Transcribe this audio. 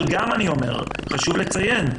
אבל חשוב לציין,